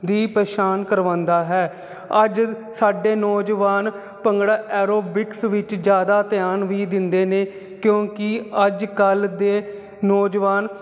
ਦੀ ਪਹਿਚਾਣ ਕਰਵਾਉਂਦਾ ਹੈ ਅੱਜ ਸਾਡੇ ਨੌਜਵਾਨ ਭੰਗੜਾ ਐਰੋਬਿਕਸ ਵਿੱਚ ਜ਼ਿਆਦਾ ਧਿਆਨ ਵੀ ਦਿੰਦੇ ਨੇ ਕਿਉਂਕਿ ਅੱਜ ਕੱਲ੍ਹ ਦੇ ਨੌਜਵਾਨ